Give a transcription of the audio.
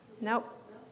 Nope